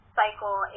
cycle